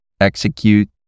execute